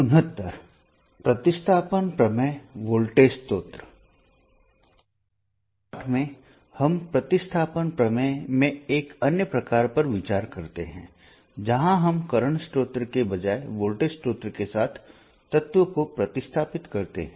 इस पाठ में हम प्रतिस्थापन प्रमेय के एक अन्य प्रकार पर विचार करते हैं जहां हम करंट स्रोत के बजाय वोल्टेज स्रोत के साथ तत्व को प्रतिस्थापित करते हैं